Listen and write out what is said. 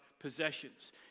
possessions